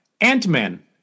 Ant-Man